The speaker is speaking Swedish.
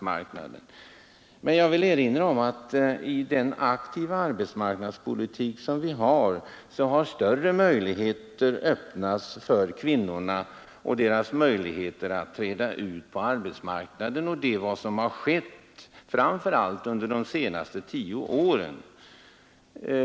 Men jag vill erinra om att genom den aktiva arbetsmarknadspolitik som bedrivs har större möjligheter öppnats, framför allt under de senaste tio åren, för kvinnorna att träda ut på arbetsmarknaden.